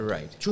Right